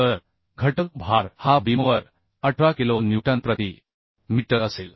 तर घटक भार हा बीमवर 18 किलो न्यूटन प्रति मीटर असेल